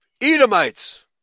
Edomites